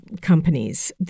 companies